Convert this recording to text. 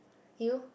you